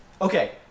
Okay